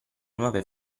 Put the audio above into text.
nuove